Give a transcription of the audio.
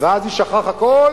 ואז יישכח הכול